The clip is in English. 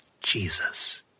Jesus